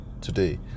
today